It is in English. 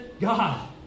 God